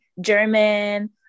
german